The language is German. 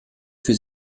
für